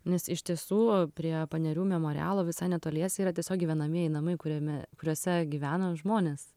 nes iš tiesų prie panerių memorialo visai netoliese yra tiesiog gyvenamieji namai kuriame kuriuose gyvena žmonės